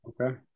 Okay